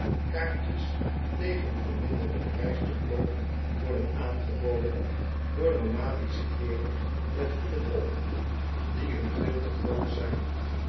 kaartjes tegen verminderden prijs te koop worden aangeboden door nomadische heeren met hoeden op die hun veel te groot zijn